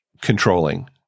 controlling